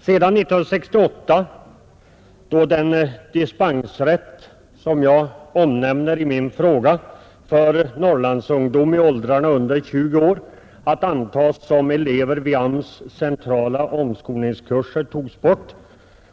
Sedan 1968, då man tog bort den i min fråga omnämnda rätten till dispens för Norrlandsungdom i åldrarna under 20 år för att antas som elever vid AMS:s centrala omskolningskurser,